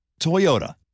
Toyota